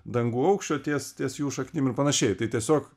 dangų aukščio ties ties jų šaknim ir panašiai tai tiesiog